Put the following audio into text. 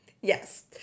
yes